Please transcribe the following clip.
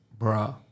Bruh